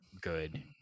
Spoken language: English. good